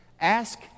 Ask